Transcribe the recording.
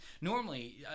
Normally